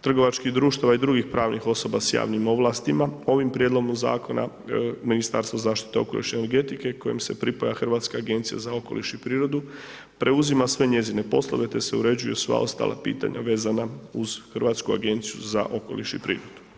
trgovačkih društava i drugih pravnih osoba sa javnim ovlastima ovim prijedlogom zakona Ministarstvo zaštite okoliša i energetike kojem se pripaja Hrvatska agencija za okoliš i prirodu preuzima sve njezine poslove te se uređuju sva ostala pitanja vezana uz Hrvatsku agenciju za okoliš i prirodu.